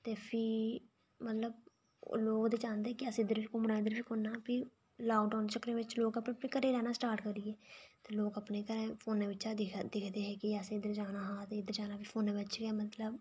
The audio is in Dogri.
ते फ्ही मतलब लोक ते चांह्दे हे कि असें इद्धर बी घूमना इद्धर बी घूमना भी लाकडाऊन बिच लोक अपने अपने घर रौह्ना स्टार्ट करी गे ते लोकअपने घरै दा फोनै बिच्चा दिख दिखदे हे कि असें इद्धर जाना हा असें इद्धर जाना हा फोनै बिच गै मतलब